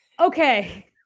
Okay